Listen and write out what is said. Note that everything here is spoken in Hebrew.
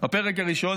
הפרק הראשון,